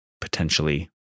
potentially